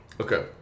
Okay